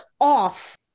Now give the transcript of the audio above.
off